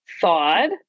thawed